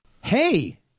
hey